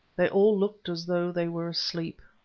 they all looked as though they were asleep,